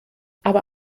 aber